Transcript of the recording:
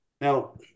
Now